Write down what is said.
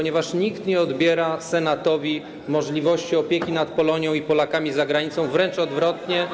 Nikt nie odbiera Senatowi możliwości opieki nad Polonią i Polakami za granicą, wręcz przeciwnie.